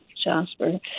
Jasper